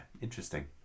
interesting